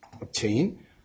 obtain